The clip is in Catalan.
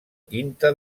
tinta